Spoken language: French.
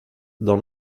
dans